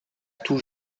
tout